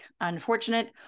unfortunate